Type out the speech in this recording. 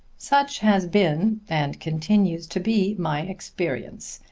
such has been and continues to be, my experience.